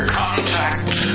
contact